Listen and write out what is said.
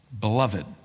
beloved